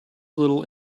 little